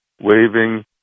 waving